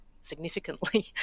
significantly